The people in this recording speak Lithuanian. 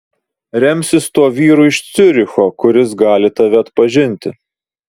remsis tuo vyru iš ciuricho kuris gali tave atpažinti